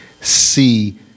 see